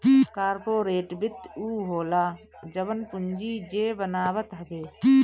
corporate वित्त उ होला जवन पूंजी जे बनावत हवे